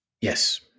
Yes